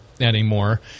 anymore